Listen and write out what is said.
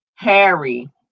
Harry